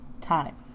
time